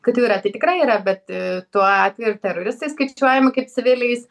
kad jų yra tai tikrai yra bet tuo atveju ir teroristai skaičiuojami kaip civiliais